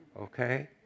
Okay